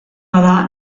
bada